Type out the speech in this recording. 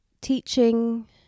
teaching